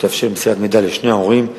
שתאפשר מסירת מידע לשני ההורים.